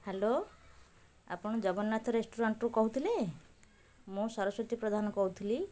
hello ଆପଣ ଜଗନ୍ନାଥ ରେଷ୍ଟୁରାଣ୍ଟରୁ କହୁଥିଲେ ମୁଁ ସରସ୍ୱତୀ ପ୍ରଧାନ କହୁଥିଲି